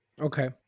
Okay